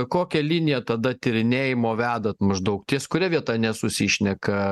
kokią liniją tada tyrinėjimo vedat maždaug ties kuria vieta nesusišneka